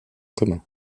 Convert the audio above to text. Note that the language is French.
commun